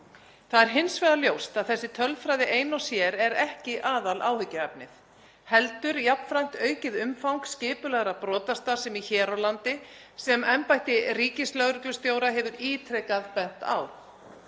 Það er hins vegar ljóst að þessi tölfræði ein og sér er ekki aðaláhyggjuefnið heldur jafnframt aukið umfang skipulagðrar brotastarfsemi hér á landi sem embætti ríkislögreglustjóra hefur ítrekað bent á.